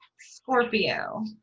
Scorpio